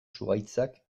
zuhaitzak